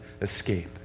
escape